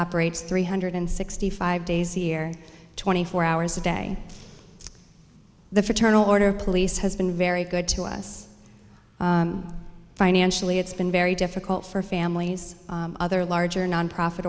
operates three hundred sixty five days a year twenty four hours a day the fraternal order of police has been very good to us financially it's been very difficult for families other larger nonprofit